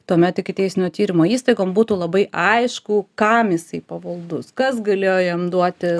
tuomet ikiteisminio tyrimo įstaigom būtų labai aišku kam jisai pavaldus kas galėjo jam duoti